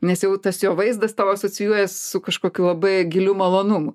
nes jau tas jo vaizdas tau asocijuojas su kažkokiu labai giliu malonumu